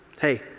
hey